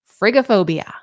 Frigophobia